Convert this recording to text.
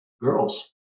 girls